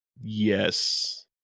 Yes